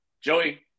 Joey